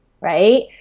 right